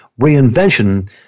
reinvention